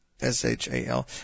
S-H-A-L